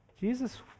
Jesus